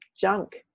junk